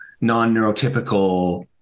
non-neurotypical